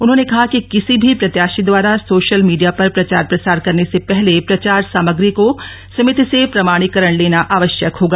उन्होंने कहा कि किसी भी प्रत्याशी द्वारा सोशल मीडिया पर प्रचार प्रसार करने से पहले प्रचार सामाग्री को समिति से प्रमाणीकरण लेना आवश्यक होगा